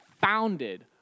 founded